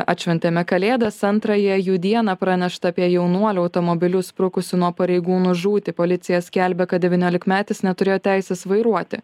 atšventėme kalėdas antrąją jų dieną pranešta apie jaunuolių automobiliu sprukusių nuo pareigūnų žūtį policija skelbia kad devyniolikmetis neturėjo teisės vairuoti